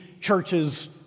churches